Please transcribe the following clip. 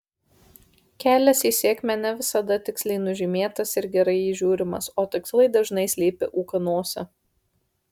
kelias į sėkmę ne visada tiksliai nužymėtas ir gerai įžiūrimas o tikslai dažnai slypi ūkanose